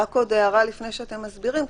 רק עוד הערה לפני שאתם מסבירים: